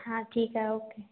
हा ठीक आहे ओके